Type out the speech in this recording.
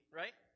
right